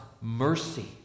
mercy